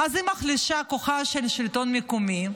היא מחלישה את כוחו של השלטון המקומי.